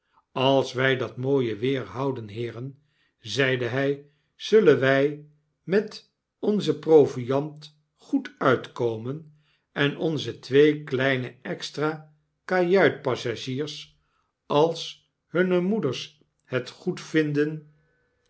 als wy dat mooie weer houden heeren zeide hij zullen wy met onze pro viand goed uitkomen en onze twee kleine extra-kajuitpassagiers als hunne moeders